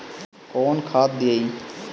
कौन खाद दियई?